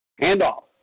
Handoff